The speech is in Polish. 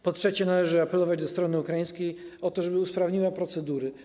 Po trzecie, należy apelować do strony ukraińskiej o to, żeby usprawniła procedury.